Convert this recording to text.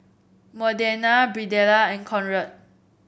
Modena Birdella and Conrad